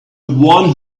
one